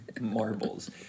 marbles